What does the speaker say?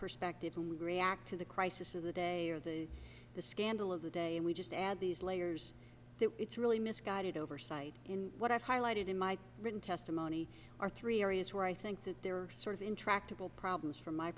perspective when we react to the crisis of the day or the the scandal of the day and we just add these layers that it's really misguided oversight in what i've highlighted in my written testimony are three areas where i think that there are sort of intractable problems from my